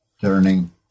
turning